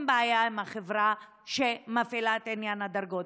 בעיה עם החברה שמפעילה את עניין הדרגות.